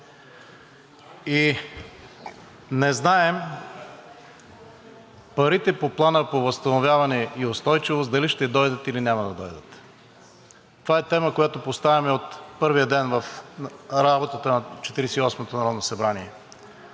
и не знаем парите по Плана за възстановяване и устойчивост дали ще дойдат, или няма да дойдат. Това е тема, която поставяме от първия ден в работата на Четиридесет